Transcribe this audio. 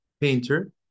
painter